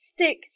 Stick